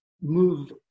move